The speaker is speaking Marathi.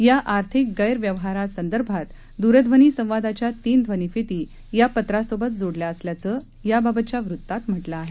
या आर्थिक गैरव्यवहारांसंदर्भात दूरध्वनी संवादाच्या तीन ध्वनिफिती या पत्रासोबत जोडल्या असल्याचं याबाबतच्या वृत्तात म्हटलं आहे